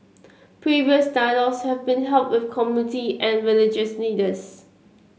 previous dialogues have been held with community and religious leaders